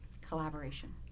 collaboration